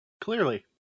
Clearly